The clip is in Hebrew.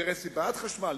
אינטרסים בעד חשמל,